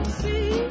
see